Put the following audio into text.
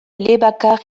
elebakar